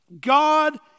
God